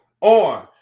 on